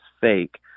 fake